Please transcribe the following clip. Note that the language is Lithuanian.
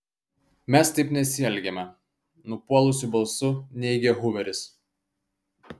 mes taip nesielgiame nupuolusiu balsu neigia huveris